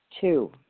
Two